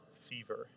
fever